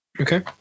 Okay